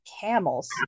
camels